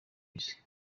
isi